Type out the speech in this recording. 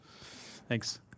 Thanks